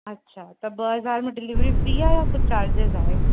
अच्छा त ॿ हज़ार में डिलेविरी फ्री आहे या कुझु चार्जिस आहे